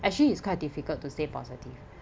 actually it's quite difficult to stay positive